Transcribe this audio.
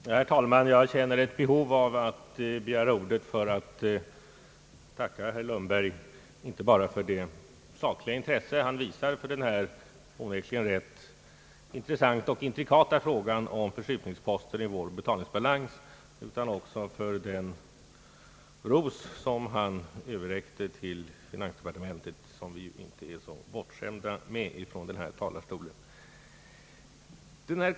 Herr talman! Jag känner ett behov att begära ordet för att få tacka herr Lundberg inte bara för det sakliga intresse han visar för den onekligen rätt intressanta, men samtidigt intrikata frågan om förskjutningsposten i vår betalningsbalans, utan också för den ros som han från denna talarstol överräckte till finansdepartementet, något som vi inte är så bortskämda med.